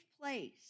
place